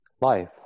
life